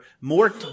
more